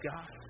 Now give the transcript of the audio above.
God